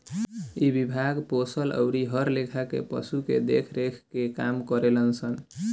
इ विभाग पोसल अउरी हर लेखा के पशु के देख रेख के काम करेलन सन